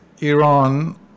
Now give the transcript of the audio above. Iran